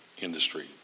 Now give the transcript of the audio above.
industry